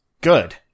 good